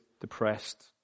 depressed